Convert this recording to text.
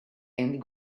and